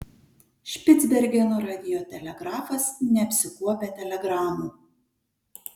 špicbergeno radiotelegrafas neapsikuopia telegramų